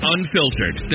Unfiltered